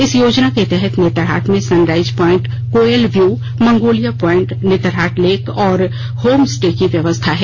इस योजना के तहत नेतरहाट में sunrise point Koel view Magnolia point Netarhat lake और होम स्टे की व्यवस्था है